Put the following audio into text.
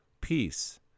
peace